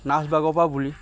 নাচ বুলি